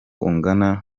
ungana